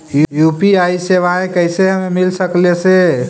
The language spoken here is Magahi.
यु.पी.आई सेवाएं कैसे हमें मिल सकले से?